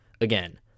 Again